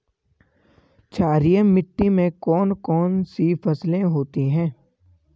क्षारीय मिट्टी में कौन कौन सी फसलें होती हैं?